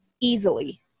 easily